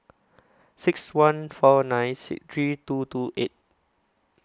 six one four nine three two two eight